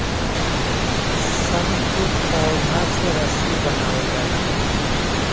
सन क पौधा से रस्सी बनावल जाला